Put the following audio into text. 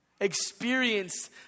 experience